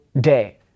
day